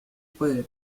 puede